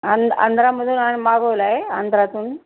आं आंध्रामधून आं मागवला आहे आंध्रातून